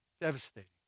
Devastating